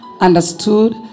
understood